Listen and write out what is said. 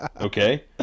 okay